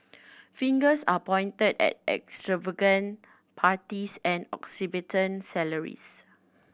fingers are pointed at extravagant parties and exorbitant salaries